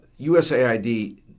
USAID